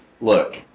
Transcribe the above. look